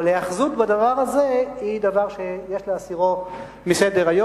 אבל היאחזות בדבר הזה היא דבר שיש להסירו מסדר-היום,